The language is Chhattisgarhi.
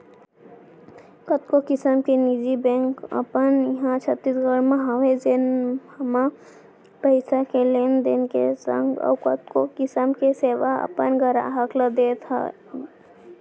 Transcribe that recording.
कतको किसम के निजी बेंक हमन इहॉं छत्तीसगढ़ म हवय जेन म पइसा के लेन देन के संग अउ कतको किसम के सेवा अपन गराहक ल देवत हें